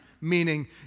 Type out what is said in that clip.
meaning